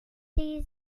sie